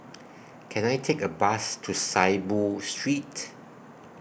Can I Take A Bus to Saiboo Street